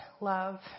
love